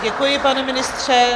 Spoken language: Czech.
Děkuji, pane ministře.